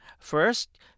First